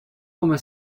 come